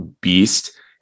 beast